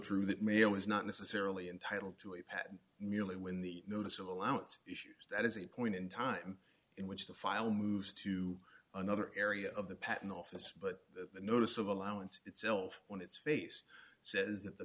true that mail is not necessarily entitled to a patent merely when the notice of allowance issues that is a point in time in which the file moves to another area of the patent office but the notice of allowance itself on its face says that the